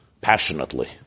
passionately